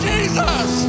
Jesus